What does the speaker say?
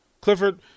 Clifford